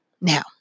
Now